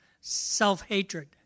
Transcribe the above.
self-hatred